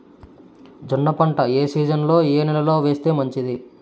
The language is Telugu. జొన్న పంట ఏ సీజన్లో, ఏ నెల లో వేస్తే మంచిది?